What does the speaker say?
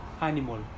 animal